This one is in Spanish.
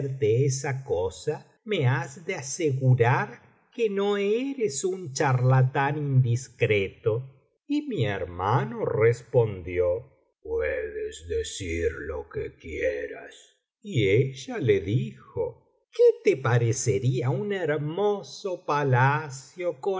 de ofrecerte esa cosa me has de asegurar que no eres un charlatán indiscreto y mi hermano respondió puedes decir lo que quieras y ella lo dijo qué te parecería un hermoso palacio